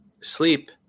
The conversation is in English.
sleep